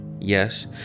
Yes